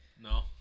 No